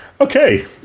Okay